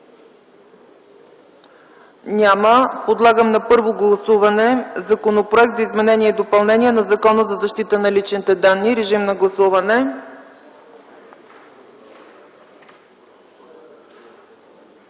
Няма. Подлагам на първо гласуване Законопроекта за изменение и допълнение на Закона за защита на личните данни. Гласували